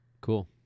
Cool